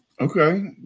Okay